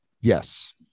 Yes